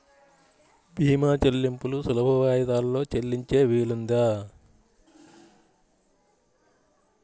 భీమా చెల్లింపులు సులభ వాయిదాలలో చెల్లించే వీలుందా?